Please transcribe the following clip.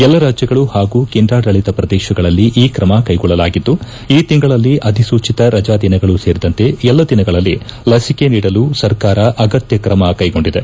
ಎಲ್ಲ ರಾಜ್ಯಗಳು ಹಾಗೂ ಕೇಂದ್ರಾಡಳತ ಪ್ರದೇಶಗಳಲ್ಲಿ ಈ ಕ್ರಮ ಕೈಗೊಳ್ಳಲಾಗಿದ್ದು ಈ ತಿಂಗಳಲ್ಲಿ ಅಧಿಸೂಚಿತ ರಜಾ ದಿನಗಳು ಸೇರಿದಂತೆ ಎಲ್ಲ ದಿನಗಳಲ್ಲಿ ಲಿಸಿಕೆ ನೀಡಲು ಸರ್ಕಾರ ಅಗತ್ಯ ಕ್ರಮ ಕೈಗೊಂಡಿದೆ